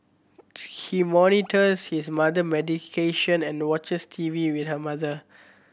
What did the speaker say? he monitors his mother medication and watches T V with her mother